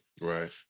Right